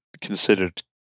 considered